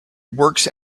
works